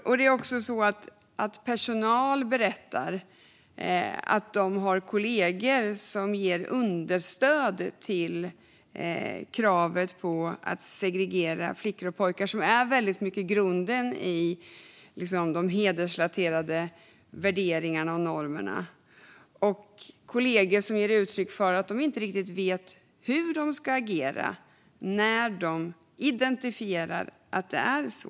Det finns också personal som berättar att de har kollegor som ger understöd till kravet på att segregera flickor och pojkar, och det är grunden till de hedersrelaterade värderingarna och normerna. Kollegor ger uttryck för att de inte riktigt vet hur de ska agera när de identifierar att det är så.